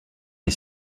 est